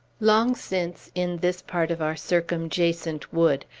long since, in this part of our circumjacent wood,